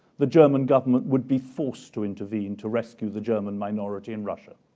the german government would be forced to intervene to rescue the german minority in russia.